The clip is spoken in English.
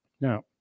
Now